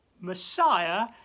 Messiah